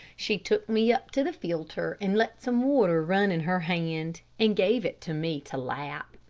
she took me up to the filter and let some water run in her hand, and gave it to me to lap.